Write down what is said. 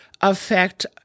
affect